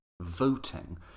voting